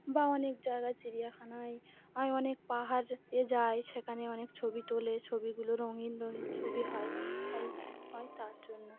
অনেক জায়গা চিড়িয়াখানায় অনেক পাহাড় এ যায় সেখানে অনেক ছবি তোলে ছবিগুলো রঙিন রঙিন ছবি হয় হয় হয় তার জন্য